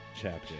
chapter